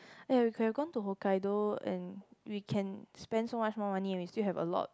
!aiyo! we can go to hokkaido and we can spend so much more money and we still have a lot